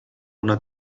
una